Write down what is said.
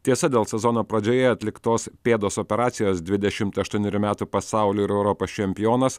tiesa dėl sezono pradžioje atliktos pėdos operacijos dvidešimt aštuonerių metų pasaulio ir europos čempionas